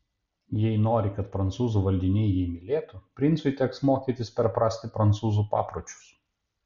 jei nori kad prancūzų valdiniai jį mylėtų princui teks mokytis perprasti prancūzų papročius